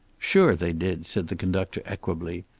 sure they did, said the conductor equably.